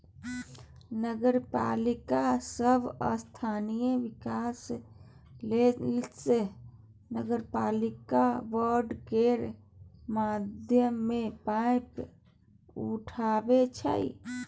नगरपालिका सब स्थानीय बिकास लेल नगरपालिका बॉड केर माध्यमे पाइ उठाबै छै